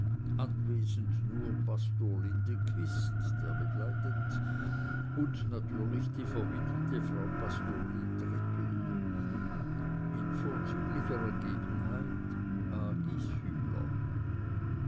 nur pastor lindequist der begleitet und natürlich die verwitwete frau pastorin trippel in vorzüglicher ergebenheit